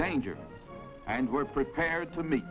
danger and were prepared to m